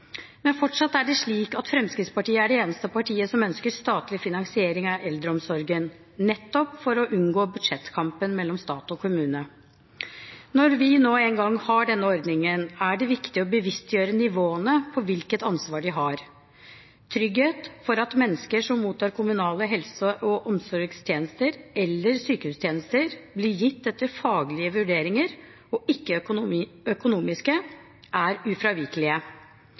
Men fortsatt er det slik at Fremskrittspartiet er det eneste partiet som ønsker statlig finansiering av eldreomsorgen, nettopp for å unngå budsjettkampen mellom stat og kommune. Når vi nå engang har denne ordningen, er det viktig å bevisstgjøre nivåene på hvilket ansvar de har. Trygghet for at mennesker som mottar kommunale helse- og omsorgstjenester eller sykehustjenester blir gitt etter faglige vurderinger – og ikke økonomiske – er